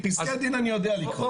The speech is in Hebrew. פסקי דין אני יודע לקרוא.